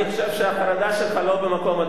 אני חושב שהחרדה שלך לא במקום,